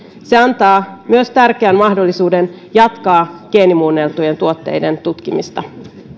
se antaa myös tärkeän mahdollisuuden jatkaa geenimuunneltujen tuotteiden tutkimista